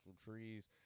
trees